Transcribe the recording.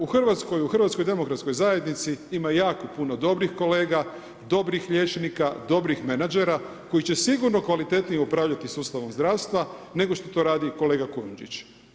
U Hrvatskoj u HDZ-u ima jako puno dobrih kolega, dobih liječnika, dobrih menadžera, koji će sigurno kvalitetnije upravljati sustavom zdravstva, nego što to radi kolega Kujundžić.